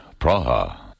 Praha